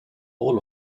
all